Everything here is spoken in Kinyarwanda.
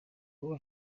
kuba